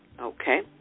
okay